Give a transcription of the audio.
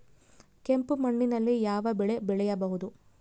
ಕೆಂಪು ಮಣ್ಣಿನಲ್ಲಿ ಯಾವ ಬೆಳೆ ಬೆಳೆಯಬಹುದು?